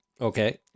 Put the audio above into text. Okay